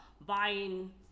buying